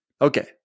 Okay